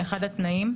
לגבי אחד התנאים.